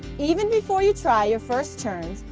even before you try your first turns,